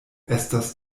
estas